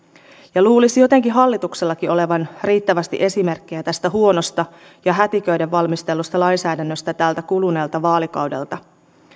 ja luulisi jotenkin hallituksellakin olevan riittävästi esimerkkejä tästä huonosta ja hätiköiden valmistellusta lainsäädännöstä tältä kuluneelta vaalikaudelta